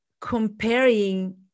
comparing